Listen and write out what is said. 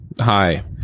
Hi